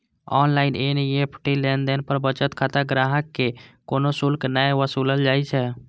online NEFT लेनदेन पर बचत खाता ग्राहक सं कोनो शुल्क नै वसूलल जाइ छै